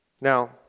Now